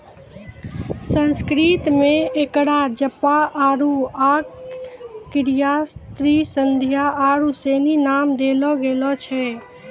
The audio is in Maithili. संस्कृत मे एकरा जपा अरुण अर्कप्रिया त्रिसंध्या आरु सनी नाम देलो गेल छै